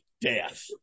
death